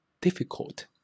difficult